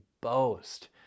boast